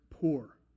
poor